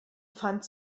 fand